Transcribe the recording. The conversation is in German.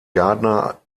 gardner